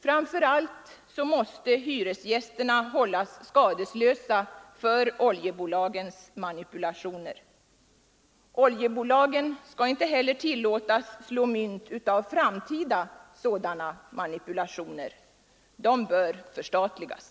Framför allt måste hyresgästerna hållas skadeslösa för oljebolagens manipulationer. Oljebolagen skall inte heller tillåtas att slå mynt av framtida sådana manipulationer. De bör förstatligas!